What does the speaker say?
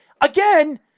again